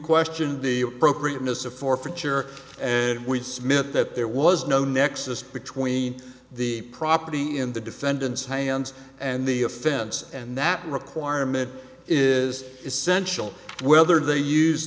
questioned the appropriateness of forfeiture and we submit that there was no nexus between the property in the defendant's hands and the offense and that requirement is essential whether they use